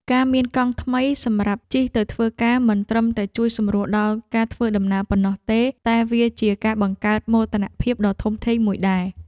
ការមានកង់ថ្មីសម្រាប់ជិះទៅធ្វើការមិនត្រឹមតែជួយសម្រួលដល់ការធ្វើដំណើរប៉ុណ្ណោះទេតែវាជាការបង្កើតមោទនភាពដ៏ធំធេងមួយដែរ។